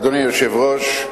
אדוני היושב-ראש,